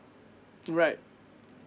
right